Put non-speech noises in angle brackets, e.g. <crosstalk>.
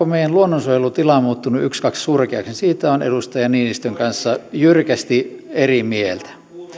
<unintelligible> meidän luonnonsuojelun tila muuttunut ykskaks surkeaksi olen edustaja niinistön kanssa jyrkästi eri mieltä